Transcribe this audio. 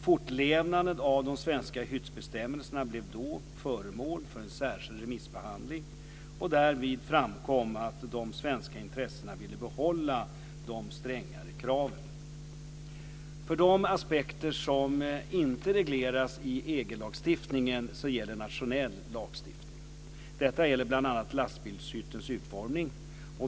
Fortlevnaden av de svenska hyttbestämmelserna blev då föremål för en särskild remissbehandling. Därvid framkom att de svenska intressenterna ville behålla de strängare kraven. För de aspekter som inte regleras i EG lagstiftningen gäller nationell lagstiftning. Detta gäller bl.a. lastbilshyttens utformning.